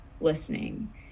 listening